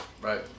right